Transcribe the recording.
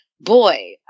boy